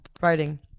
writing